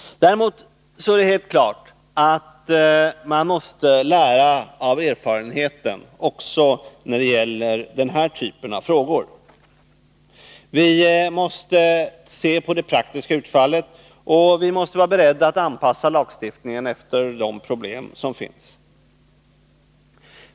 Däremot är det helt klart att man måste lära av erfarenheten också när det gäller den här typen av frågor. Vi måste se på det praktiska utfallet, och vi måste vara beredda att anpassa lagstiftningen efter de problem som finns.